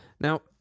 Now